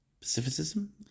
pacifism